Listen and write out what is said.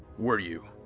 were you?